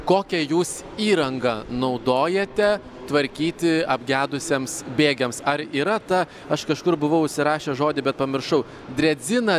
kokią jūs įrangą naudojate tvarkyti apgedusiems bėgiams ar yra ta aš kažkur buvau užsirašęs žodį bet pamiršau dredzina